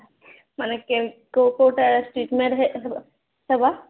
ମାନେ କେଉଁ କେଉଁ କେଉଁଟା ଟ୍ରିଟମେଣ୍ଟ ହେ ହେବା